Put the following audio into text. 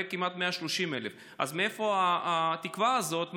כמעט 130,000. אז מאיפה התקווה הזאת?